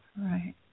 right